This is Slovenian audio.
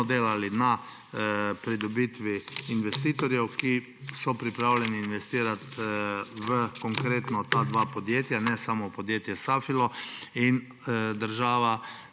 delali na pridobitvi investitorjev, ki so pripravljeni investirati konkretno v ti dve podjetji, ne samo v podjetje Safilo. Država